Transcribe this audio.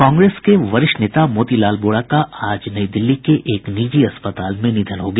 कांग्रेस के वरिष्ठ नेता मोतीलाल वोरा का आज नई दिल्ली के एक निजी अस्पताल में निधन हो गया